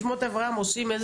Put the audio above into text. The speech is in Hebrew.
שלום לכולם,